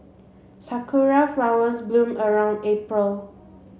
sakura flowers bloom around April